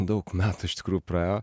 daug metų iš tikrųjų praėjo